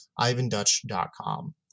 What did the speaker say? ivandutch.com